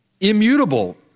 immutable